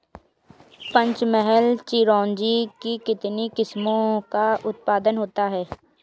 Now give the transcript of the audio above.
पंचमहल चिरौंजी की कितनी किस्मों का उत्पादन होता है?